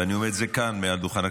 ואני אומר את זה כאן מעל דוכן הכנסת,